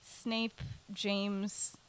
Snape-James